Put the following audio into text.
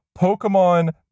Pokemon